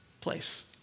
place